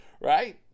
Right